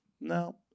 No